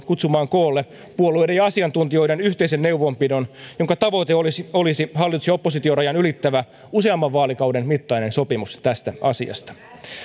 kutsumaan koolle puolueiden ja asiantuntijoiden yhteisen neuvonpidon jonka tavoite olisi olisi hallitus ja oppositiorajan ylittävä useamman vaalikauden mittainen sopimus tästä asiasta